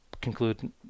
conclude